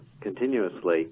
continuously